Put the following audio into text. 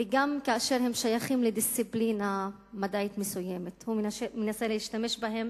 וגם כאשר הם שייכים לדיסציפלינה מדעית מסוימת הוא מנסה להשתמש בהם